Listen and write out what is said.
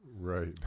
Right